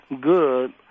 good